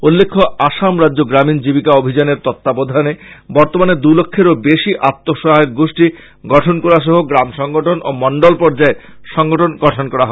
উল্লেখ্য আসাম রাজ্য গ্রামীন জীবিকা অভিযানের তত্বাবধানে বর্তমানে দুলক্ষেরও বেশী আআসহায়ক গোষ্ঠী গঠনকরা সহ গ্রাম সংগঠন ও মন্ডল পর্যায়ের সংগঠন গঠন করা হয়েছে